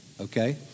okay